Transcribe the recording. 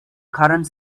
current